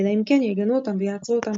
אלא אם כן יגנו אותם ויעצרו אותם.